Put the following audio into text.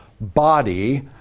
body